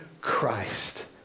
Christ